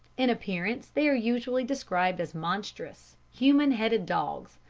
in appearance they are usually described as monstrous, human-headed dogs,